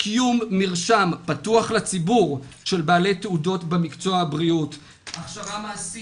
קיום מרשם פתוח לציבור של בעלי תעודות במקצוע הבריאות ובחינה,